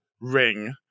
ring